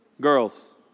Girls